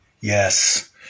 Yes